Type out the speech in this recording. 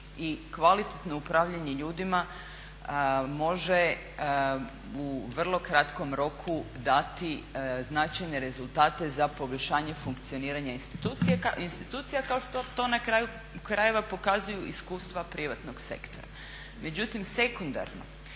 kvalitetno upravljanje ljudima može u vrlo kratkom roku dati značajne rezultate za poboljšanje funkcioniranja institucija kao što to na kraju krajeva pokazuju iskustva privatnog sektora. Međutim, sekundarno